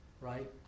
Right